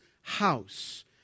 house